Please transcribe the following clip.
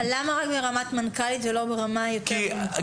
למה רק ברמת מנכ"לית ולא ברמה יותר נמוכה?